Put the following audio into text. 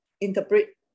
interpret